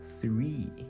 Three